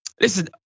Listen